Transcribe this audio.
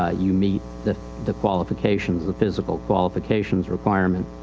ah you meet the, the qualifications, the physical qualifications requirement.